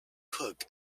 cook